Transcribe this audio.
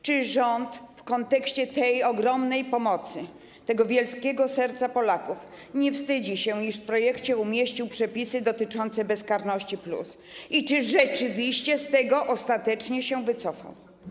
Czy rząd w kontekście tej ogromnej pomocy, tego wielkiego serca Polaków nie wstydzi się, iż w projekcie umieścił przepisy dotyczące bezkarności+, i czy rzeczywiście z tego ostatecznie się wycofa?